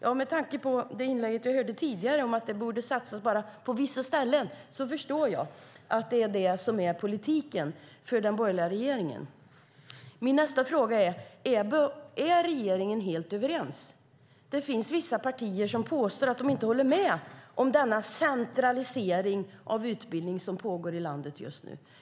I ett tidigare inlägg sades att det borde satsas bara på vissa ställen; jag förstår att det är politiken för den borgerliga regeringen. Är regeringen helt överens? Vissa partier påstår att de inte håller med om den centralisering av utbildning som pågår i landet just nu.